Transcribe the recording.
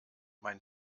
mein